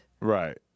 right